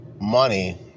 money